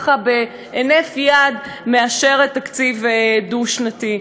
בהינף יד מאשר תקציב דו-שנתי?